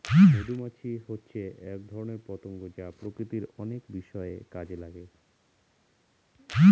মধুমাছি হচ্ছে এক ধরনের পতঙ্গ যা প্রকৃতির অনেক বিষয়ে কাজে লাগে